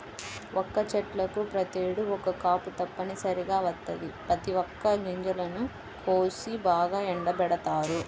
వక్క చెట్లకు ప్రతేడు ఒక్క కాపు తప్పనిసరిగా వత్తది, పచ్చి వక్క గింజలను కోసి బాగా ఎండబెడతారు